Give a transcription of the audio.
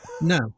no